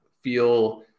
feel